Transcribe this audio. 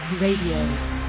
Radio